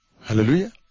Hallelujah